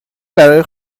برای